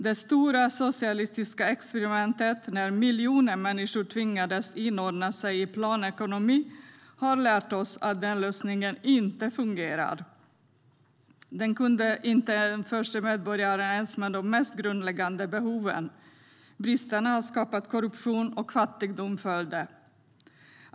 Det stora socialistiska experimentet, där miljoner människor tvingades inordna sig i planekonomi, har lärt oss att den lösningen inte fungerar. Den kunde inte tillgodose ens de mest grundläggande av medborgarnas behov. Bristerna skapade korruption, och fattigdom följde.